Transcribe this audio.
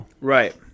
Right